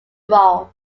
role